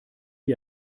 wie